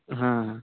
हां